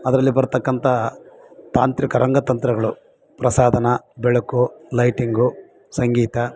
ಅದರಲ್ಲಿ ಬರ್ತಕ್ಕಂತಹ ತಾಂತ್ರಿಕ ರಂಗ ತಂತ್ರಗಳು ಪ್ರಸಾಧನ ಬೆಳಕು ಲೈಟಿಂಗು ಸಂಗೀತ